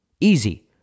Easy